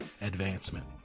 advancement